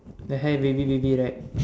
her hair wavy wavy right